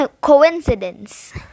coincidence